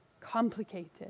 complicated